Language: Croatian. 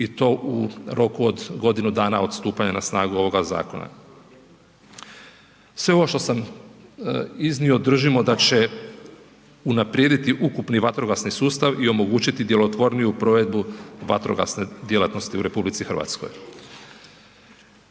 i to u roku od godinu dana od stupanja na snagu ovoga zakona. Sve ovo što sam iznio držimo da će unaprijediti ukupni vatrogasni sustav i omogućiti djelotvorniju provedbu vatrogasne djelatnosti u RH. Evo